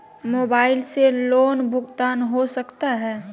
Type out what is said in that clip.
Mobile से loan भुगतान हो सकता है?